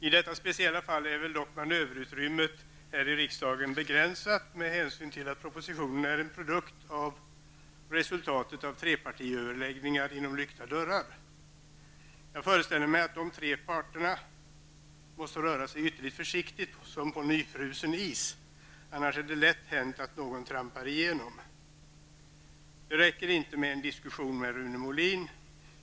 I detta speciella fall är väl dock manöverutrymmet här i riksdagen ytterligt begränsat med hänsyn till att propositionen är resultatet av trepartiöverläggningar bakom lykta dörrar. Jag föreställer mig att de tre parterna måste röra sig ytterligt försiktigt, som på nyfrusen is, annars är det lätt hänt att någon trampar igenom. Det räcker inte med en diskussion med Rune Molin.